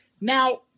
Now